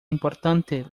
importante